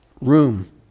room